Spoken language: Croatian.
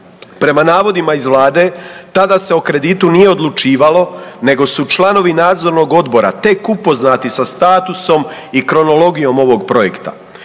Prema navodima iz vlade tada se o kreditu nije odlučivalo nego su članovi nadzornog odbora tek upoznati sa statusom i kronologijom ovog projekta.